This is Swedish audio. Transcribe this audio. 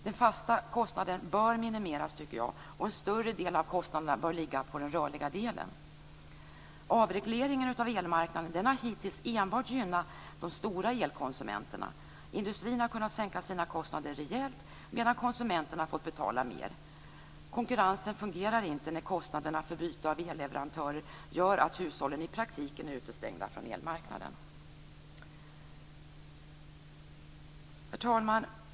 De fasta kostnaderna bör minimeras och en större del av kostnaderna bör ligga på den rörliga delen. Avregleringen av elmarknaden har hittills enbart gynnat de stora elkonsumenterna. Industrin har kunnat sänka sina kostnader rejält medan konsumenterna har fått betala mera. Konkurrensen fungerar inte när kostnaden för byte av elleverantör gör att hushållen i praktiken är utestängda från elmarknaden. Herr talman!